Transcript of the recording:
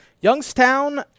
Youngstown